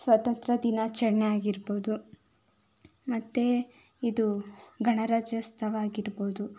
ಸ್ವಾತಂತ್ರ್ಯ ದಿನಾಚರಣೆ ಆಗಿರ್ಬೋದು ಮತ್ತು ಇದು ಗಣರಾಜ್ಯೋತ್ಸವ ಆಗಿರ್ಬೋದು